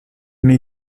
mais